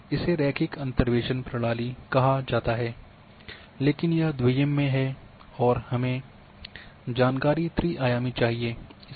इसे रैखिक अंतर्वेसन प्रणाली कहा जाता है लेकिन यह द्वीयिम में है हमें त्री आयामी जानकारी चाहिए